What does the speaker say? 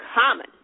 common